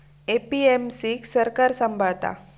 APMC क सरकार सांभाळता